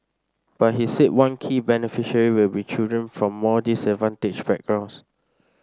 but he said one key beneficiary will be children from more disadvantaged backgrounds